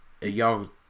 y'all